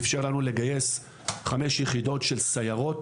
התאפשר לנו לגייס חמש יחידות של סיירות